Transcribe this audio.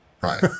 right